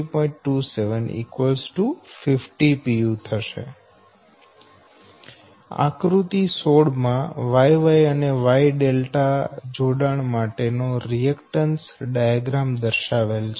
27 50 pu આકૃતિ 16 માં Y Y અને Y જોડાણ માટે નો રિએકટન્સ ડાયાગ્રામ દર્શાવેલ છે